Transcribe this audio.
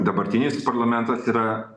dabartinis parlamentas yra